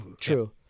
true